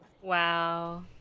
wow